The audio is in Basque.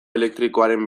elektrikoaren